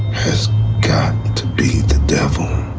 has got to beat the devil